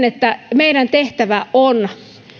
että meidän tehtävämme on